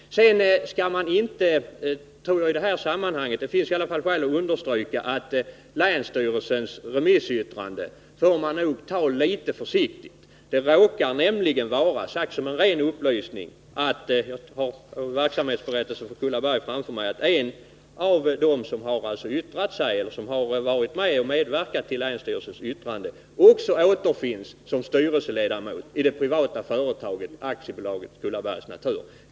Det finns i detta sammanhang skäl att understryka att vi inte bör ta så allvarligt på länsstyrelsens remissyttrande. Det råkar nämligen vara så — enligt verksamhetsberättelsen för Kullaberg — att en av dem som har medverkat i länsstyrelsens yttrande också återfinns som styrelseledamot i det privata företaget AB Kullabergs Natur.